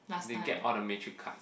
they get all the metric card